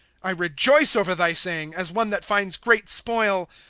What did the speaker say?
i rejoice over thy saying, as one that finds great spoil.